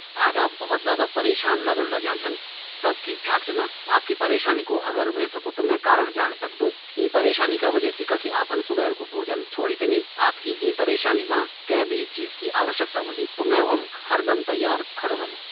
आज आप बहुत ज्यादा परेशान लगणा लग्याँ छन। सब ठीक ठाक च न? आपकी परेशानी कू अगर व्हे सकू ता मैं कारण जाण सकदु? ई परेशानी का वजह सी कखी आपन सुबेर कू भोजन छोड़ी त नी? आपकी यीं परेशानी मा कै भी चीज की आवश्यकता होली त मैं वम हरदम तैयारी खड़ू रौलु।